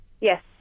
Yes